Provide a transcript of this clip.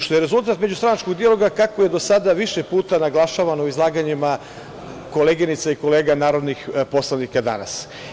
Što je rezultat međustranačkog dijaloga kako je do sada više puta naglašavano u izlaganjima koleginica i kolega narodnih poslanika danas.